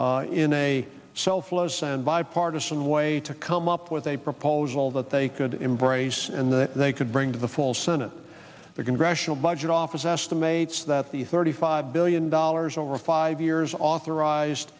in a selfless and bipartisan way to come up with a proposal that they could embrace and that they could bring to the full senate the congressional budget office estimates that the thirty five billion dollars over five years authorized